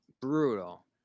brutal